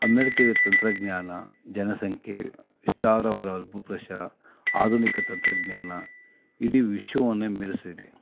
ಅಮೇರಿಕಾದ ತಂತ್ರಜ್ಞಾನ ಜನಸಂಖ್ಯೆ ವಿಸ್ತಾರವಾದ ಭೂಪ್ರದೇಶ ಆಧುನಿಕ ತಂತ್ರಜ್ಞಾನ ಇಡೀ ವಿಶ್ವವನ್ನೇ ಮೀರಿಸಿದೆ